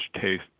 taste